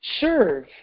serve